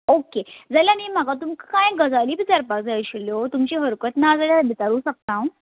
okay जाल्यार न्हय म्हाका तुमकां कांय गजाली विचारपाक जाय आशिल्ल्यो तुमची हरकत ना जाल्यार विचारूं शकता हांव